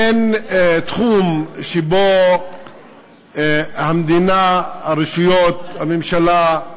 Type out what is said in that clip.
אין תחום שבו המדינה, הרשויות, הממשלה,